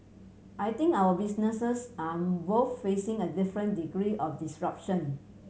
I think our businesses are both facing a different degree of disruption